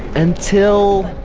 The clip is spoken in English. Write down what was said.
until